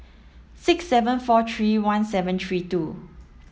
six seven four three one seven three two